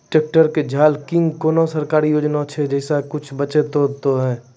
Tractor के झाल किंग कोनो सरकारी योजना छ जैसा कुछ बचा तो है ते?